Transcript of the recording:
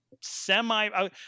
semi